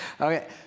Okay